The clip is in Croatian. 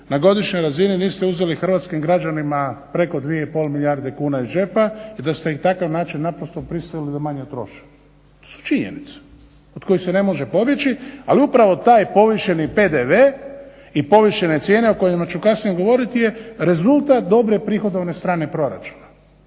na godišnjoj razini niste uzeli hrvatskim građanima preko 2,5 milijarde kuna iz džepa i da ste ih na takav način naprosto prisilili da manje troše. To su činjenice od kojih se ne može pobjeći, ali upravo taj povišeni PDV i povišene cijene o kojima ću kasnije govoriti je rezultat dobre prihodovne strane proračuna.